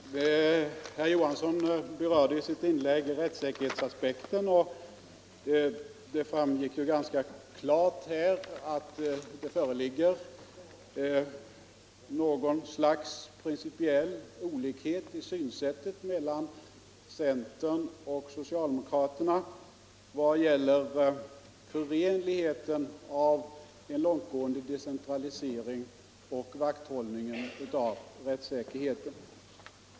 Herr talman! Herr Johansson i Trollhättan berörde i sitt inlägg rättssäkerhetsaspekten, och det framgick ganska klart att här föreligger något slags principiell olikhet i synsättet mellan centern och socialdemokraterna vad gäller förenligheten av en långtgående decentralisering och vakthållningen kring rättssäkerheten.